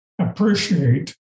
appreciate